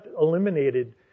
eliminated